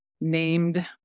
named